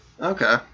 Okay